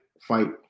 fight